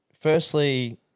firstly